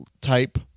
type